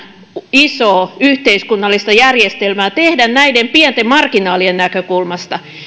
isoa yhteiskunnallista järjestelmää tehdä näiden pienten marginaalien näkökulmasta